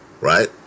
right